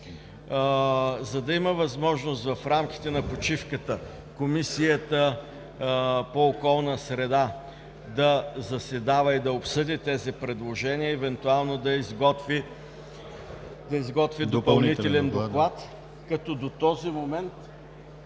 за да има възможност в рамките на почивката Комисията по околна среда да заседава, да обсъди тези предложения и евентуално да изготви допълнителен доклад. До този момент